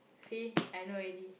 see I know already